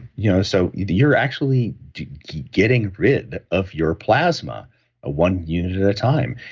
you know so, you're actually getting rid of your plasma one unit at a time,